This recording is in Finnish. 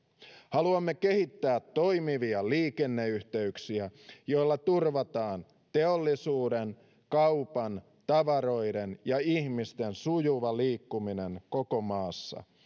haluamme kehittää toimivia liikenneyhteyksiä joilla turvataan teollisuuden kaupan tavaroiden ja ihmisten sujuva liikkuminen koko maassa